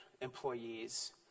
employees